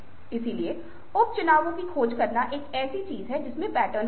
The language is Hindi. इसलिए उपचुनावों की खोज करना एक ऐसी चीज है जिसमें पैटर्न होते हैं